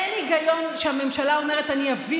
אין היגיון שהממשלה אומרת: אני אביא